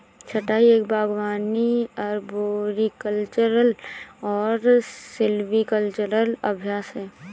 छंटाई एक बागवानी अरबोरिकल्चरल और सिल्वीकल्चरल अभ्यास है